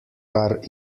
kar